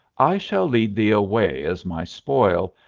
i shall lead thee away as my spoil,